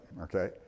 Okay